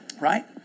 right